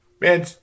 man